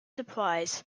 surprise